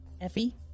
Effie